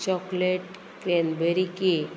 chocolate cranberry cake